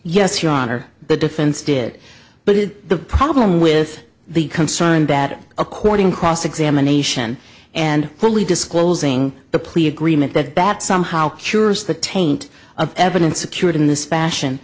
yes your honor the defense did but it the problem with the concerned that according cross examination and fully disclosing the plea agreement that bat somehow cures the taint of evidence secured in this fashion